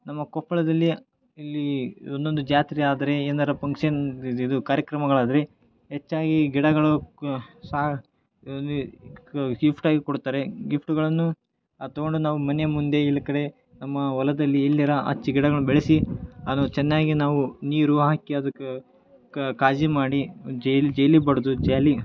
ನಮ್ಮ ಕೊಪ್ಪಳದಲ್ಲಿ ಇಲ್ಲಿ ಒಂದೊಂದು ಜಾತ್ರೆ ಆದರೆ ಏನಾರು ಫಂಕ್ಷನ್ ಇದಿದು ಕಾರ್ಯಕ್ರಮಗಳಾದರೆ ಹೆಚ್ಚಾಗಿ ಗಿಡಗಳು ಕ ಸಾ ಗಿಫ್ಟಾಗಿ ಕೊಡ್ತಾರೆ ಗಿಫ್ಟುಗಳನ್ನು ಅದು ತಗೊಂಡು ನಾವು ಮನೆ ಮುಂದೆ ಇಲ ಕಡೆ ನಮ್ಮ ಹೊಲದಲ್ಲಿ ಇಲ್ದೆರ ಆಚೆ ಗಿಡಗಳ್ನ ಬೆಳೆಸಿ ಅದು ಚೆನ್ನಾಗಿ ನಾವು ನೀರು ಹಾಕಿ ಅದಕ್ಕೆ ಕಾಳಜಿ ಮಾಡಿ ಜೈಲ ಜೆಲಿ ಬಡಿದು ಜಾಲಿ